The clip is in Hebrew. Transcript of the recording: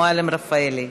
לפרוטוקול,